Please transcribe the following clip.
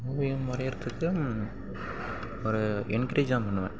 ஓவியம் வரைகிறத்துக்கும் ஒரு என்கரேஜ் தான் பண்ணுவேன்